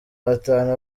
batanu